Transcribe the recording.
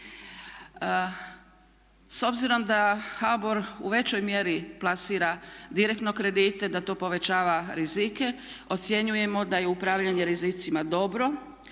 S obzirom da HBOR u većoj mjeri plasira direktno kredite, da to povećava rizike ocjenjujemo da je upravljanje rizicima dobro,